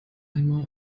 einmal